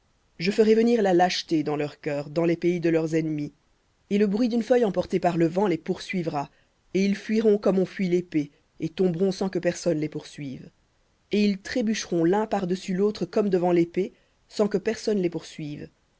je ferai venir la lâcheté dans leur cœur dans les pays de leurs ennemis et le bruit d'une feuille emportée les poursuivra et ils fuiront comme on fuit l'épée et tomberont sans que personne les poursuive et ils trébucheront l'un par-dessus l'autre comme devant l'épée sans que personne les poursuive